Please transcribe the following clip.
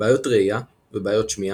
בעיות ראייה ובעיות שמיעה,